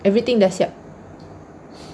everything dah siap